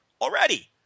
already